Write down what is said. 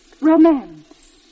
romance